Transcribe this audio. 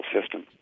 system